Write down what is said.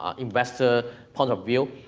ah investor point of view,